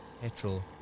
petrol